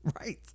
Right